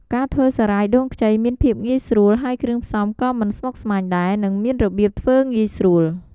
ការធ្វើសារាយដូងខ្ចីមានភាពងាយស្រួល ហើយគ្រឿងផ្សំក៏មិនស្មុគស្មាញដែរ និងមានរបៀបធ្វើងាយស្រួល។